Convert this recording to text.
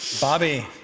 Bobby